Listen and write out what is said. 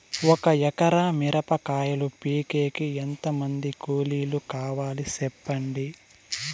ఒక ఎకరా మిరప కాయలు పీకేకి ఎంత మంది కూలీలు కావాలి? సెప్పండి?